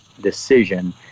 decision